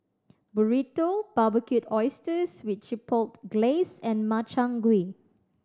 Burrito Barbecued Oysters with Chipotle Glaze and Makchang Gui